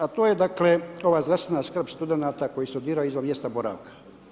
A to je dakle, ova zdravstvena skrb studenata, koji studiraju izvan mjesta boravka.